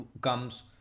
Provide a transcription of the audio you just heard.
comes